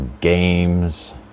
games